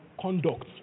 conduct